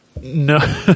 no